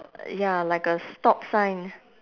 ya like a stop sign